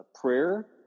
prayer